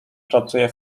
pracuje